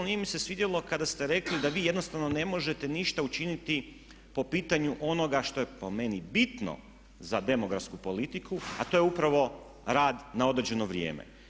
Nije mi se svidjelo kada ste rekli da vi jednostavno ne možete ništa učiniti po pitanju onoga što je po meni bitno za demografsku politiku a to je upravo rad na određeno vrijeme.